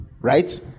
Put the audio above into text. right